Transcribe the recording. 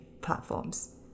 platforms